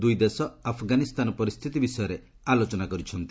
ଦୂଇ ଦେଶ ଆଫଗାନିସ୍ତାନ ପରିସ୍ଥିତି ବିଷୟରେ ଆଲୋଚନା କରିଛନ୍ତି